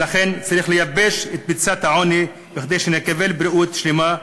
ולכן צריך לייבש את ביצת העוני כדי שנקבל בריאות שלמה,